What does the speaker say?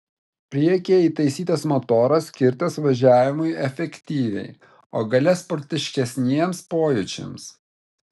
priekyje įtaisytas motoras skirtas važiavimui efektyviai o gale sportiškesniems pojūčiams